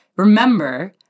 Remember